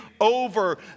over